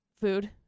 Food